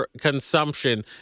consumption